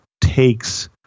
takes